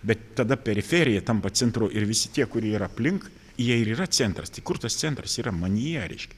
bet tada periferija tampa centru ir visi tie kurie yra aplink jie ir yra centras tai kur tas centras yra manyje reiškia